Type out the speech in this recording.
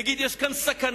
יגיד שיש כאן סכנה.